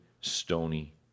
stony